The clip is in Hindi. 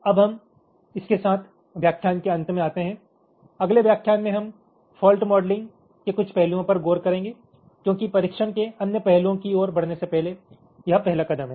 अब हम इसके साथ व्याख्यान के अंत में आते हैं अगले व्याख्यान मे हम फॉल्ट मॉडलिंग के कुछ पहलुओं पर गौर करेंगे क्योंकि परीक्षण के अन्य पहलुओं की ओर बढ़ने से पहले यह पहला कदम है